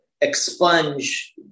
expunge